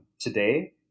today